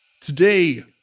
today